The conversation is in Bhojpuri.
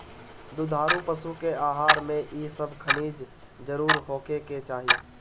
दुधारू पशु के आहार में इ सब खनिज जरुर होखे के चाही